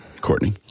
Courtney